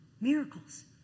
miracles